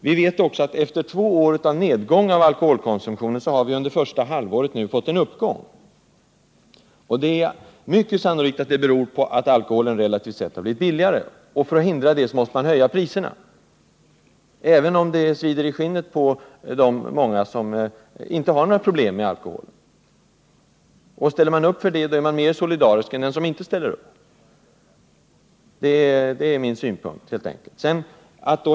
Vi vet också att efter två år av nedgång i alkoholkonsumtionen har vi nu under första halvåret i år fått en uppgång. Det är mycket sannolikt att det beror på att alkoholen relativt sett blivit billigare. För att hindra det måste man höja priserna, även om det svider i skinnet på de många som inte har några problem med alkohol. Ställer man upp för det är man mera solidarisk än om man inte ställer upp för det. Det är min synpunkt, helt enkelt.